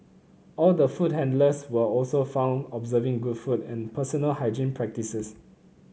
all the food handlers were also found observing good food and personal hygiene practices